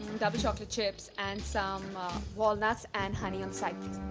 double chocolate chips. and some walnuts and honey on side